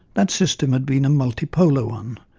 that system had been a multipolar one,